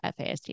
FASD